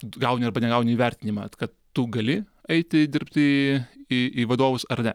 gauni arba negauni įvertinimą kad tu gali eiti dirbti į į vadovus ar ne